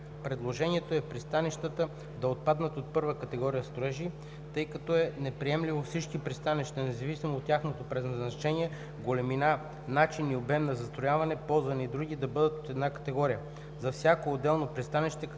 Предложено е пристанищата да отпаднат от първа категория строежи, тъй като е неприемливо всички пристанища, независимо от тяхното предназначение, големина, начин и обем на застрояване, ползване и други, да бъдат от една категория. За всяко отделно пристанище категорията